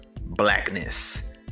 blackness